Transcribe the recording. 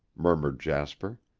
murmured jasper.